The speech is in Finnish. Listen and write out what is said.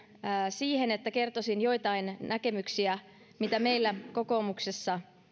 siihen että kertoisin joitain näkemyksiä mitä meillä kokoomuksessa